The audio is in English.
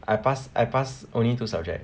I pass I pass only two subject